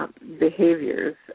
behaviors